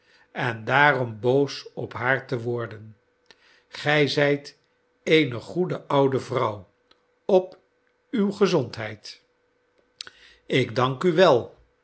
om daarom boos op haar te worden gij zijt eene goede oude vrouw op uwe gezondheid ik dank u wel